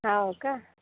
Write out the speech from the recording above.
हो का